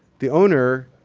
the owner,